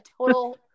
total